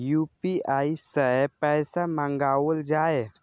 UPI सै पैसा मंगाउल जाय?